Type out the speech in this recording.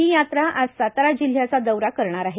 ही यात्रा आज सातारा जिल्ह्याचा दौरा करणार आहे